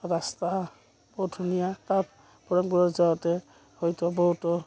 ৰাস্তা বহুত ধুনীয়া তাত যাওঁতে হয়তো বহুতো